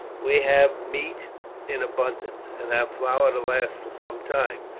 we have meat in abundance, and have flour to last for some time,